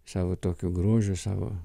savo tokiu grožiu savo